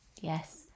yes